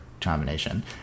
combination